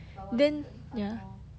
but 我的 intern fun lor